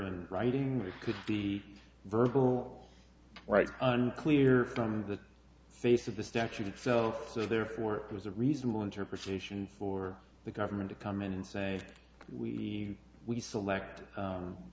and writing which could be verbal right on clear on the face of the statute itself so therefore it was a reasonable interpretation for the government to come in and say we we select